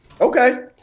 Okay